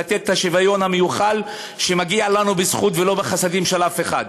לתת את השוויון המיוחל שמגיע לנו בזכות ולא בחסדים של אף אחד.